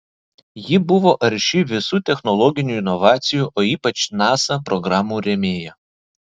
ji buvo arši visų technologinių inovacijų o ypač nasa programų rėmėja